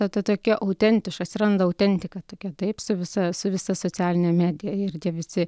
na ta tokia autentiška atsiranda autentika tokia taip su visa su visa socialine medija ir tie visi